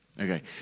Okay